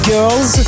Girls